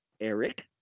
Eric